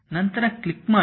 ನಂತರ ಕ್ಲಿಕ್ ಮಾಡಿ